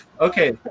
Okay